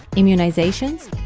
immunizations,